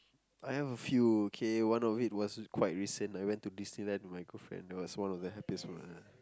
I have a few okay one of it was quite recent I went to Disneyland with my girlfriend it was one of the happiest moment lah